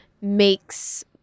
makes